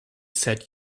said